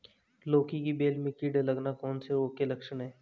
लौकी की बेल में कीड़े लगना कौन से रोग के लक्षण हैं?